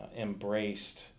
embraced